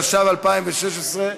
התשע"ו 2016,